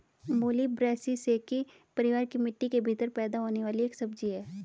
मूली ब्रैसिसेकी परिवार की मिट्टी के भीतर पैदा होने वाली एक सब्जी है